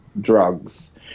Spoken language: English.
drugs